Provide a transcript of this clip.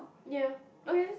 ya okay that's